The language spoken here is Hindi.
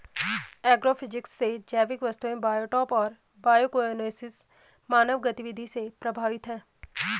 एग्रोफिजिक्स से जैविक वस्तुएं बायोटॉप और बायोकोएनोसिस मानव गतिविधि से प्रभावित हैं